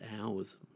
hours